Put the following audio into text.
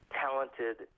talented